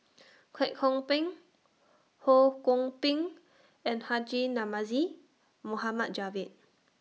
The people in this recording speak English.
Kwek Hong Png Ho Kwon Ping and Haji Namazie Mohd Javad